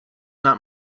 not